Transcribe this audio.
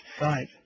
Right